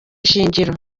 ishingiro